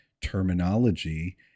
terminology